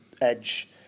edge